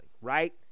right